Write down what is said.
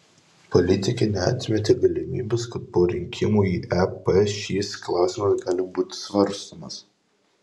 politikė neatmetė galimybės kad po rinkimų į ep šis klausimas gali būti svarstomas